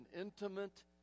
intimate